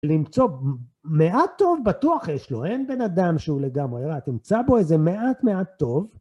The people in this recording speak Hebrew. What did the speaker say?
למצוא מעט טוב, בטוח יש לו, אין בן אדם שהוא לגמרי, לא, תמצא בו איזה מעט-מעט טוב.